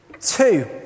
Two